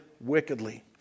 wickedly